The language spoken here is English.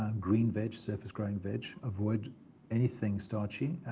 um green veg, surface-growing veg. avoid anything starchy,